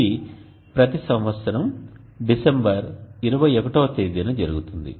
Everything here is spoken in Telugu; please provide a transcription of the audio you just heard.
ఇది ప్రతి సంవత్సరం డిసెంబర్ 21 వ తేదీన జరుగుతుంది